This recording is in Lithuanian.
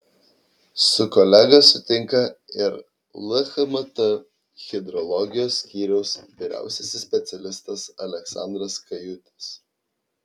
su kolega sutinka ir lhmt hidrologijos skyriaus vyriausiasis specialistas aleksandras kajutis